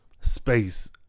space